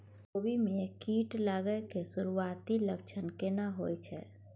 कोबी में कीट लागय के सुरूआती लक्षण केना होय छै